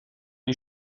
die